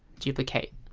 duplicate